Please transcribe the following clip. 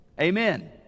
Amen